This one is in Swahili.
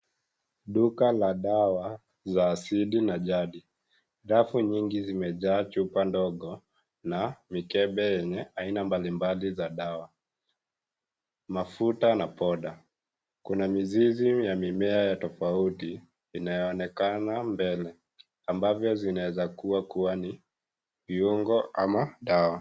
Duka la dawa za asili na jadi. Davu nyingi zimejaa chupa ndogo na mikebe yenye aina mbalimbali za dawa, mafuta na poda. Kuna mizizi ya mimea ya tofauti inayoonekana mbele. Ambavyo zinaweza kuwa ni viungo ama dawa.